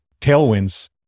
tailwinds